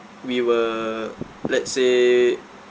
we were let's say